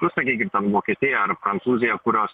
nu sakykim ten vokietija ar prancūzija kurios